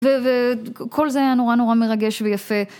וכל זה היה נורא נורא מרגש ויפה.